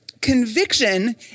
conviction